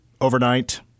overnight